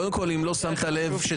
אם לא שמת לב,